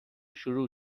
شروع